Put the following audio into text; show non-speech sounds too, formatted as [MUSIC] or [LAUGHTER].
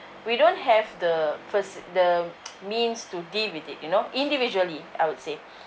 we don't have the first the [NOISE] means to deal with it you know individually I would say